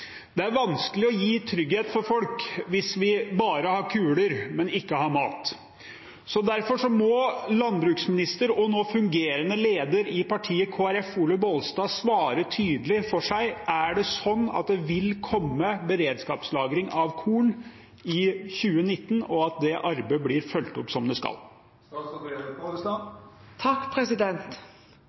Det er vanskelig å gi trygghet for folk hvis vi bare har kuler, men ikke har mat. Derfor må landbruksminister og fungerende leder i partiet Kristelig Folkeparti, Olaug Bollestad, svare tydelig for seg: Er det sånn at det vil komme beredskapslagring av korn i 2019? Vil det arbeidet bli fulgt opp som det skal?